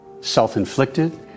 self-inflicted